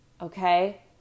Okay